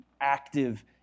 active